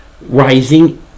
rising